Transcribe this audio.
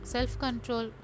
Self-control